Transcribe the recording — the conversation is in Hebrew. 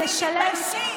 את לא ציונות דתית.